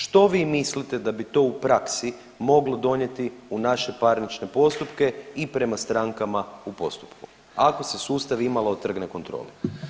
Što vi mislite da bi to u praksi moglo donijeti u naše parnične postupke i prema strankama u postupku, ako se sustav imalo otrgne kontroli.